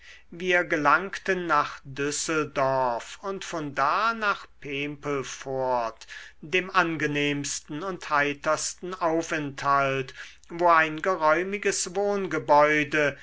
wir gelangten nach düsseldorf und von da nach pempelfort dem angenehmsten und heitersten aufenthalt wo ein geräumiges wohngebäude